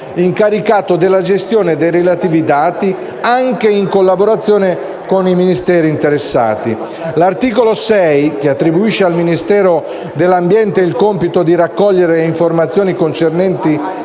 incaricato della gestione dei relativi dati, anche in collaborazione con i Ministeri interessati. L'articolo 6 attribuisce al Ministero dell'ambiente il compito di raccogliere le informazioni concernenti